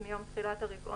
בתקנת משנה (ב3)- ברישה,